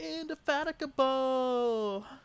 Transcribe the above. indefatigable